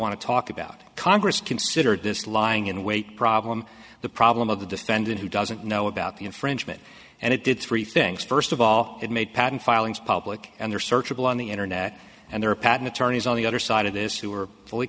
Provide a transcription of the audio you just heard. want to talk about congress consider this lying in wait problem the problem of the defendant who doesn't know about the infringement and it did three things first of all it made patent filings public and there searchable on the internet and there are patent attorneys on the other side of this who are fully